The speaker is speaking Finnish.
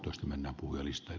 arvoisa puhemies